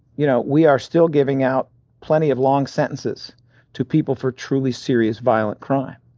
you know, we are still giving out plenty of long sentences to people for truly serious violent crime,